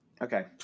Okay